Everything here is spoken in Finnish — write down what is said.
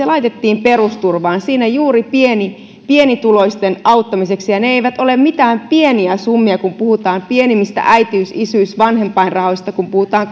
laitettiin perusturvaan siinä juuri pienituloisten auttamiseksi ja ne eivät ole mitään pieniä summia kun puhutaan pienimmistä äitiys isyys vanhempainrahoista kun puhutaan